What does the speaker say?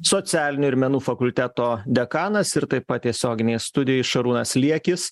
socialinių ir menų fakulteto dekanas ir taip pat tiesioginėj studijoj šarūnas liekis